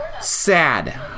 Sad